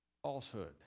falsehood